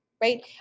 right